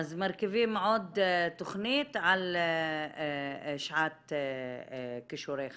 אז מרכיבים עוד תכנית על שעת כישורי חיים.